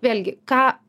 vėlgi ką